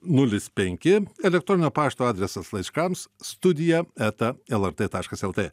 nulis penki elektroninio pašto adresas laiškams studija eta lrt taškas lt